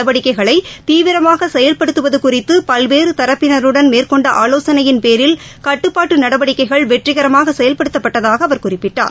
நடவடிக்கைகளைதீவிரமாகசெயல்படுத்துவதுகுறித்துபல்வேறுதரப்பினருடன் மேற்கொன்டஆலோசனையின் பேரில் கட்டுப்பாட்டுநடவடிக்கைகள் வெற்றிரமாகசெயல்படுத்தப்பட்டதாகஅவர் குறிப்பிட்டார்